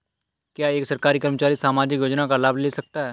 क्या एक सरकारी कर्मचारी सामाजिक योजना का लाभ ले सकता है?